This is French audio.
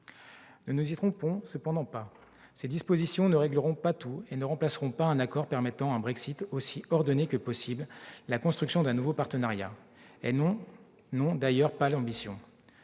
de ? Ne nous y trompons cependant pas, ces dispositions ne régleront pas tout et ne remplaceront pas un accord permettant un Brexit aussi ordonné que possible et la construction d'un nouveau partenariat. Elles n'en ont d'ailleurs pas l'ambition.